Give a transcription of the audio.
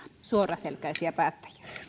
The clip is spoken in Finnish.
suoraselkäisiä päättäjiä